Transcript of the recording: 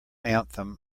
anthem